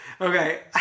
okay